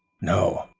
no,